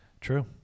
True